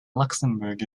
luxembourg